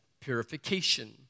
purification